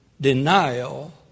denial